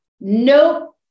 nope